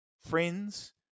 friends